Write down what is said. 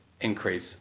increase